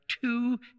two